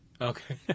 Okay